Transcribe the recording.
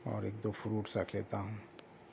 اور ایک دو فروٹس رکھ لیتا ہوں